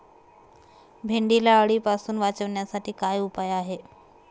भेंडीला अळीपासून वाचवण्यासाठी काय उपाय आहे?